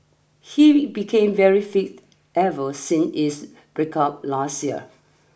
he became very fit ever since his breakup last year